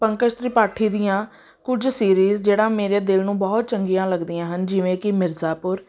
ਪੰਕਜ ਤ੍ਰਿਪਾਠੀ ਦੀਆਂ ਕੁਝ ਸੀਰੀਜ਼ ਜਿਹੜਾ ਮੇਰੇ ਦਿਲ ਨੂੰ ਬਹੁਤ ਚੰਗੀਆਂ ਲੱਗਦੀਆਂ ਹਨ ਜਿਵੇਂ ਕਿ ਮਿਰਜ਼ਾਪੁਰ